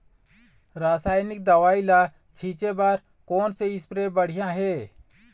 रासायनिक दवई ला छिचे बर कोन से स्प्रे बढ़िया हे?